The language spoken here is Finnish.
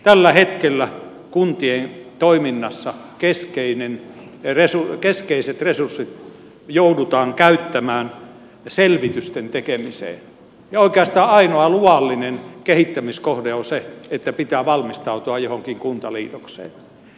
tällä hetkellä kuntien toiminnassa keskeiset resurssit joudutaan käyttämään selvitysten tekemiseen ja oikeastaan ainoa luvallinen kehittämiskohde on se että pitää valmistautua johonkin kuntaliitokseen